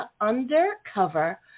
Undercover